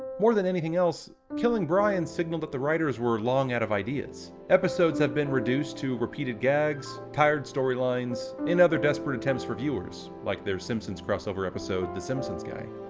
more than anything else, killing brian signaled, that the writers were long out of ideas. episodes have been reduced to repeated gags, tired storylines, and other desperate attempts for viewers, like their simpsons crossover episode the simpsons guy.